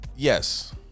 Yes